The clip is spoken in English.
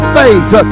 faith